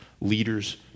leaders